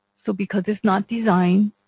so because it's not designed,